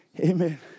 amen